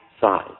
size